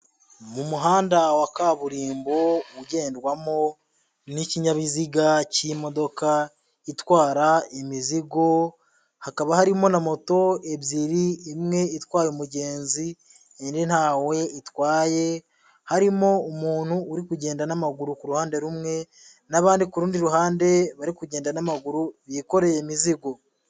Mu muhanda wa kaburimbo, ugendwamo n'ikinyabiziga cy'imodoka itwara imizigo, hakaba harimo na moto ebyiri; imwe itwaye umugenzi, indi ntawe itwaye, harimo umuntu uri kugenda n'amaguru ku ruhande rumwe n'abandi ku rundi ruhande bari kugenda n'amaguru bikoreye imizigo.